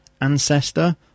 Ancestor